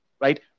right